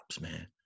man